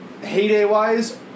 heyday-wise